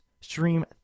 stream